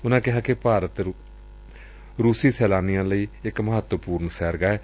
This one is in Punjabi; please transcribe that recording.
ਉਨੂਾ ਕਿਹਾ ਕਿ ਭਾਰਤ ਰੂਸੀ ਸੈਲਾਨੀਆ ਲਈ ਇਕ ਮਹਤਰਪੁਰਨ ਸੈਰ ਗਾਹ ਏ